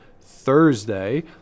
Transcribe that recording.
Thursday